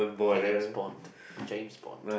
the name is bond James Bond